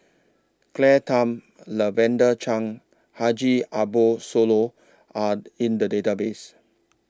Claire Tham Lavender Chang and Haji Ambo Sooloh Are in The Database